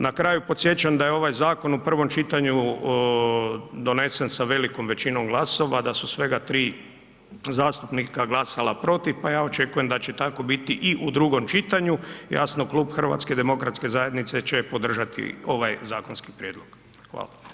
Na kraju, podsjećam da je ovaj zakon u prvom čitanju donesen sa velikom većinom glasova, da su svega 3 zastupnika glasala protiv pa ja očekujem da će tako biti i u drugom čitanju, jasno klub HDZ-a će podržati ovaj zakonski prijedlog, hvala.